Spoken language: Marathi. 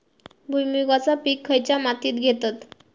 भुईमुगाचा पीक खयच्या मातीत घेतत?